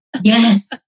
yes